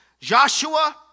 Joshua